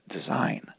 design